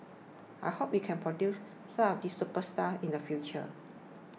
I hope we can produce some of these superstars in the future